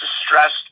distressed